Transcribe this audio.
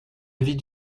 vis